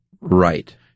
Right